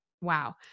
wow